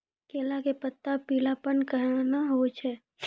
केला के पत्ता पीलापन कहना हो छै?